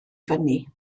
fyny